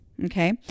Okay